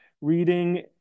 reading